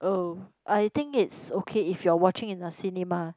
oh I think it's okay if you're watching in a cinema